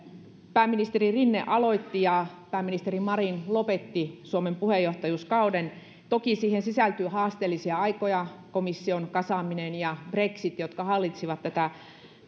pääministeri rinne aloitti ja pääministeri marin lopetti suomen puheenjohtajuuskauden toki siihen sisältyy haasteellisia aikoja komission kasaaminen ja brexit hallitsivat tätä